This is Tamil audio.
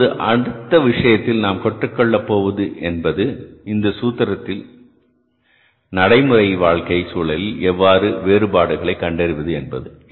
இப்போது அடுத்த விஷயத்தில் நாம் கற்றுக்கொள்ள போவது என்பது இந்த சூத்திரங்களை நடைமுறை வாழ்க்கை சூழலில் எவ்வாறு வேறுபாடுகளை கண்டறிவது என்பது